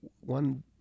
one